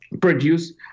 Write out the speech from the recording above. produce